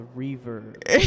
reverb